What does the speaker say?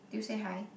did you say hi